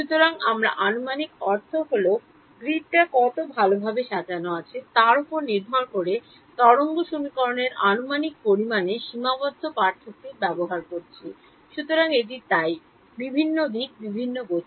সুতরাং আমার আনুমানিক অর্থ হল গ্রিড কতটা ভালভাবে সাজানো আছে তার উপর নির্ভর করে তরঙ্গ সমীকরণের আনুমানিক পরিমাণে সীমাবদ্ধ পার্থক্য ব্যবহার করছি সুতরাং এটি তাই বিভিন্ন দিক বিভিন্ন গতি